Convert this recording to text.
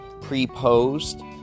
pre-posed